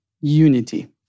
unity